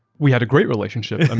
we had a great relationship.